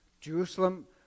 Jerusalem